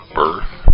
birth